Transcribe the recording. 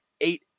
Eight